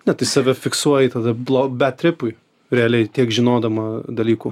ne tai save fiksuoji taba blo bektripui realiai tiek žinodama dalykų